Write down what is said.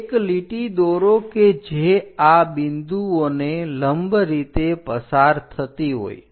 એક લીટી દોરો કે જે આ બિંદુઓને લંબ રીતે પસાર થતી હોય